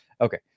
Okay